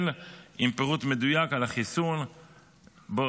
בצורה מסודרת עם פירוט מדויק על החיסון שקיבלת,